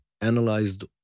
analyzed